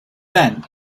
then